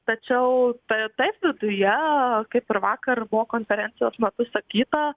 tačiau ta taip viduje kaip ir vakar buvo konferencijos metu išsakyta